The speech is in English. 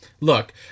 Look